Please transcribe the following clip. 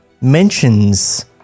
mentions